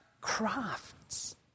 crafts